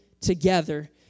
together